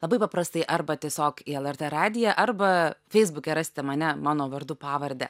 labai paprastai arba tiesiog į lrt radiją arba feisbuke rasite mane mano vardu pavarde